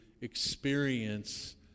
experience